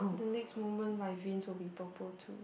the next moment my veins would be purple too